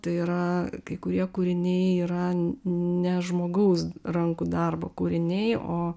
tai yra kai kurie kūriniai yra ne žmogaus rankų darbo kūriniai o